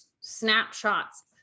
snapshots